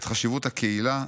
ואת חשיבות הקהילה,